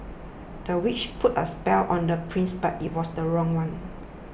the witch put a spell on the prince but it was the wrong one